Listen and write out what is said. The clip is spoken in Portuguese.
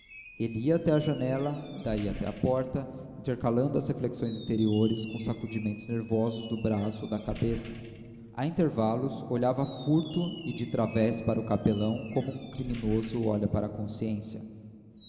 ia até à janela daí até à porta intercalando as reflexões interiores com sacudimentos nervosos do braço ou da cabeça a intervalos olhava a furto e de través para o capelão como o criminoso olha para a consciência